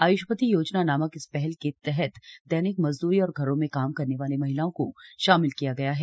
आय्ष्मती योजना नामक इस पहल के तहत दैनिक मजदूरी और घरों में काम करने वाली महिलाओं को शामिल किया गया है